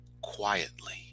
quietly